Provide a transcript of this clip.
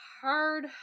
hard